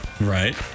Right